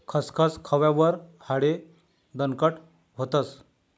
खसखस खावावर हाडे दणकट व्हतस